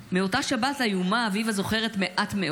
מאותה שבת איומה אביבה זוכרת מעט מאוד.